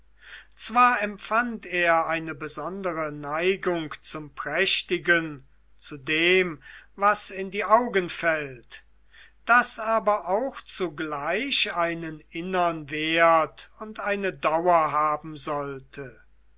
zwar empfand er eine besondere neigung zum prächtigen zu dem was in die augen fällt das aber auch zugleich einen innern wert und eine dauer haben sollte